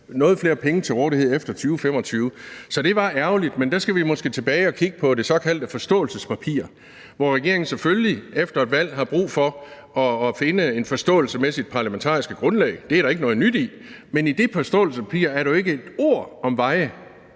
nogle flere penge til rådighed efter 2025. Så det var ærgerligt, men vi skal måske tilbage og kigge på det såkaldte forståelsespapir, hvor regeringen selvfølgelig efter et valg har brug for at finde en forståelse med sit parlamentariske grundlag – det er der ikke noget nyt i – men i det forståelsespapir er der jo til min